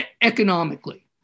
economically